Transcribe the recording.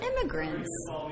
immigrants